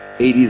80s